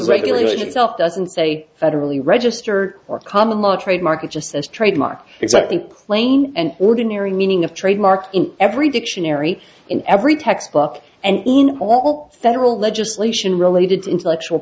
regulate itself doesn't say federally register or common law trademark it just says trademark exactly plain and ordinary meaning of trademark in every dictionary in every textbook and in all several legislation related to intellectual